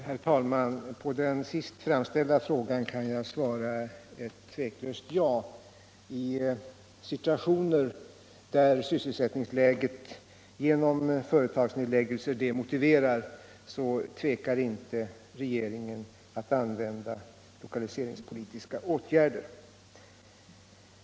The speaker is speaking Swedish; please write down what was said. Herr talman! På den sist framställda frågan kan jag svara ett tveklöst ja. I situationer där sysselsättningsläget genom företagsnedläggelser så motiverar tvekar inte regeringen att använda lokaliseringspolitiska åtgärder.